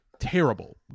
terrible